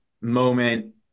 moment